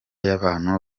y’abantu